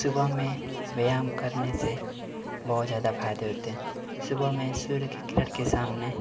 सुबह में व्यायाम करने से बहुत ज्यादा फायदे होते हैं सुबह में सूर्य की किरण के सामने